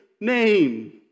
name